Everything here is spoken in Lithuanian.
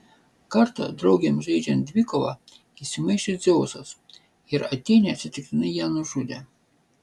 kartą draugėms žaidžiant dvikovą įsimaišė dzeusas ir atėnė atsitiktinai ją nužudė